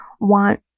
want